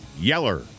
Yeller